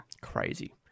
Crazy